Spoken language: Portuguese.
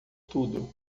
tudo